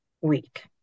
week